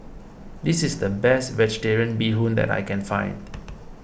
this is the best Vegetarian Bee Hoon that I can find